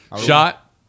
Shot